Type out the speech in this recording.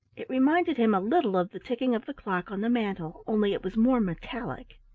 it reminded him a little of the ticking of the clock on the mantle, only it was more metallic.